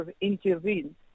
intervene